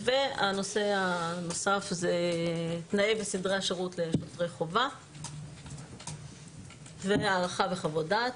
והנושא הנוסף זה תנאי וסדרי השירות לשוטרי חובה והערכה וחוות דעת.